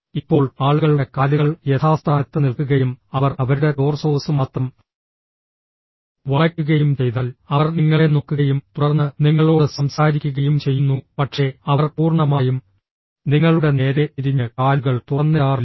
ഇപ്പോൾ ആളുകളുടെ കാലുകൾ യഥാസ്ഥാനത്ത് നിൽക്കുകയും അവർ അവരുടെ ടോർസോസ് മാത്രം വളയ്ക്കുകയും ചെയ്താൽ അവർ നിങ്ങളെ നോക്കുകയും തുടർന്ന് നിങ്ങളോട് സംസാരിക്കുകയും ചെയ്യുന്നു പക്ഷേ അവർ പൂർണ്ണമായും നിങ്ങളുടെ നേരെ തിരിഞ്ഞ് കാലുകൾ തുറന്നിടാറില്ല